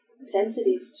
sensitive